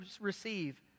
receive